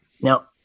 Now